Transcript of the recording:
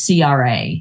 CRA